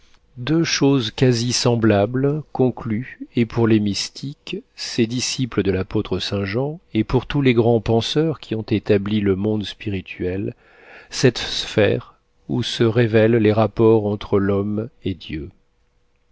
deux choses quasi semblables concluent et pour les mystiques ces disciples de l'apôtre saint jean et pour tous les grands penseurs qui ont établi le monde spirituel cette sphère où se révèlent les rapports entre l'homme et dieu